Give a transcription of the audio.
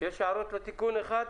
לתיקון 1?